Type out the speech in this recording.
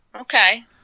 Okay